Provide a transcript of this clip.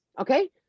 Okay